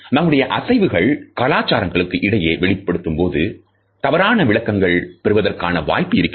நம்முடைய அசைவுகள் கலாச்சாரங்களுக்கு இடையே வெளிப்படுத்தும்போது தவறான விளக்கங்கள் பெறுவதற்கான வாய்ப்பு இருக்கிறது